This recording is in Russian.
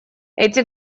эти